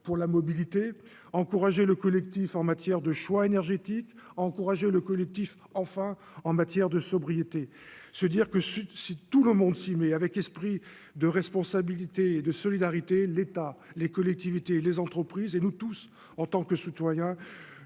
pour la mobilité encourager le collectif en matière de choix énergétiques encourager le collectif enfin en matière de sobriété, se dire que si tout le monde s'y met avec esprit de responsabilité et de solidarité, l'État, les collectivités et les entreprises, et nous tous, en tant que citoyens,